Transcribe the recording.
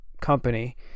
company